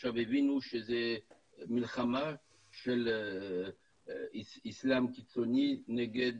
עכשיו הם הבינו שזו מלחמה של איסלם קיצוני נגד